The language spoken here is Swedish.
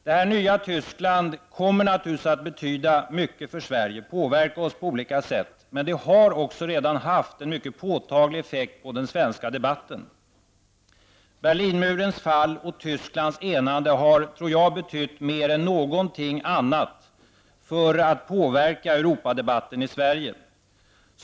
Det nya Tyskland kommer naturligtvis att betyda mycket för Sverige, påverka oss på olika sätt. Men det har också redan haft en mycket påtaglig effekt på den svenska debatten. Berlinmurens fall och Tysklands enande har enligt min mening betytt mer än någonting annat för att påverka Europadebatten i Sverige.